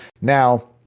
Now